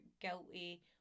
guilty